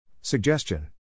Suggestion